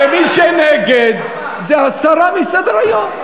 ומי שנגד זה הסרה מסדר-היום.